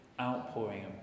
outpouring